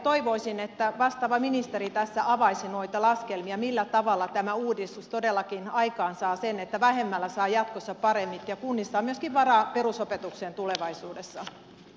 toivoisin että vastaava ministeri tässä avaisi noita laskelmia millä tavalla tämä uudistus todellakin aikaansaa sen että vähemmällä saa jatkossa paremmin ja kunnissa myöskin on varaa perusopetukseen tulevaisuudessa